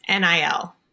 nil